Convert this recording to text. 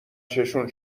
چششون